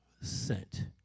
sent